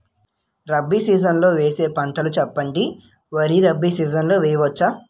Rabi season లో వేసే పంటలు చెప్పండి? వరి రబీ సీజన్ లో వేయ వచ్చా?